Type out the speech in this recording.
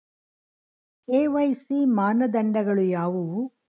KYC ಮಾನದಂಡಗಳು ಯಾವುವು?